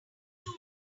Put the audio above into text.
too